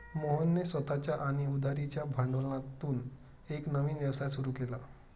मोहनने स्वतःच्या आणि उधारीच्या भांडवलातून एक नवीन व्यवसाय सुरू केला